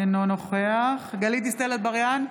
אינו נוכח גלית דיסטל אטבריאן,